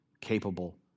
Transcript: capable